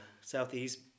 southeast